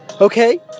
Okay